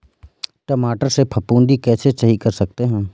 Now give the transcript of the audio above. टमाटर से फफूंदी कैसे सही कर सकते हैं?